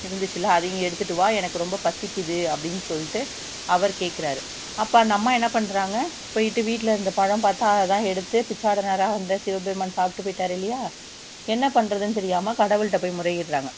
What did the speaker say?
இருந்துச்சுல்ல அதையும் எடுத்துகிட்டு வா எனக்கு ரொம்ப பசிக்கிது அப்படின் சொல்லிட்டு அவர் கேட்குறாரு அப்போ அந்த அம்மா என்ன பண்ணுறாங்க போயிவிட்டு வீட்டில் இருந்த பழம் பார்த்தா அதான் எடுத்து பிச்சாரடனாரா இந்த சிவபெருமான் சாப்பிட்டு போயிட்டார் இல்லையா என்ன பண்ணுறதுனு தெரியாம கடவுள்கிட்ட போய் முறையிட்றாங்க